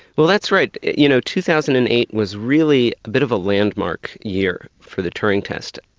well that's right. you know, two thousand and eight was really a bit of a landmark year for the turing test.